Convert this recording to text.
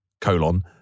colon